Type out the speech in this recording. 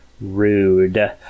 rude